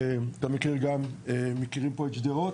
ואתה מכיר גם, מכירים פה את שדרות?